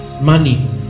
money